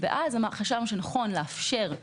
באותם מקרים חריגים חשבנו שנכון לאפשר את